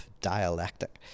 dialectic